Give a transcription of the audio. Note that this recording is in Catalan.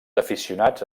aficionats